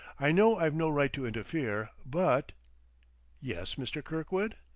i know i've no right to interfere, but yes, mr. kirkwood?